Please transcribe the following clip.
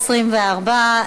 24,